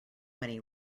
many